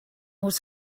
was